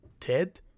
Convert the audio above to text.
Ted